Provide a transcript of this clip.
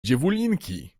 dziewulinki